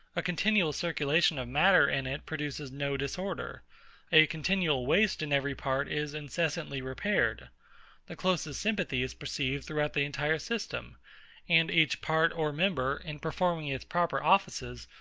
a continual circulation of matter in it produces no disorder a continual waste in every part is incessantly repaired the closest sympathy is perceived throughout the entire system and each part or member, in performing its proper offices,